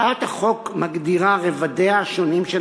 הצעת החוק מגדירה את רבדיה השונים של